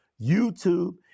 YouTube